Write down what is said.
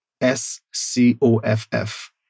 S-C-O-F-F